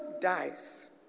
dies